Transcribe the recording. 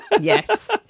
yes